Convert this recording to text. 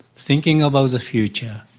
thinking about the future,